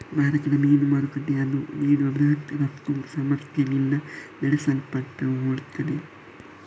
ಭಾರತದ ಮೀನು ಮಾರುಕಟ್ಟೆಯು ಅದು ನೀಡುವ ಬೃಹತ್ ರಫ್ತು ಸಾಮರ್ಥ್ಯದಿಂದ ನಡೆಸಲ್ಪಡುತ್ತದೆ